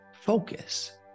focus